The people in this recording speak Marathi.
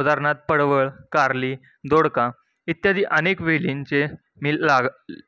उदाहरणार्थ पडवळ कार्ली दोडका इत्यादी अनेक वेलींचे मी लाग